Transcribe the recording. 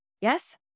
Yes